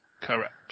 Correct